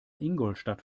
ingolstadt